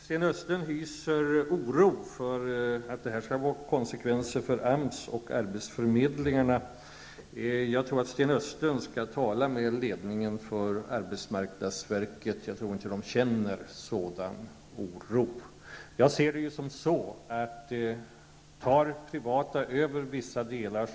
Sten Östlund hyser oro för att det skall bli konsekvenser för AMS och arbetsförmedlingarna. Jag tror att Sten Östlund skall tala med ledningen för arbetsmarknadsverket. Man känner nog inte sådan oro där.